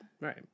Right